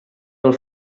del